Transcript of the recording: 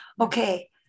okay